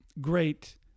great